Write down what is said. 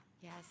Yes